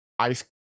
Ice